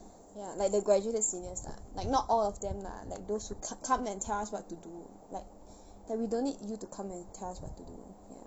ya like the graduate seniors lah like not all of them lah like those who ca~ come and tell us what to do like like we don't need you to come and tells us what to do